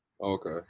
Okay